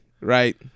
Right